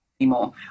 anymore